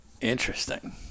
Interesting